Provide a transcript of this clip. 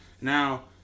Now